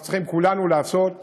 אנחנו צריכים כולנו לעשות בחינוך,